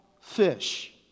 fish